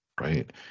right